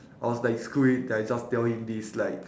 I was like screw it then I just tell him this like